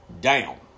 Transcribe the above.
down